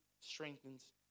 strengthens